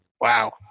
Wow